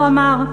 הוא אמר,